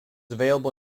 available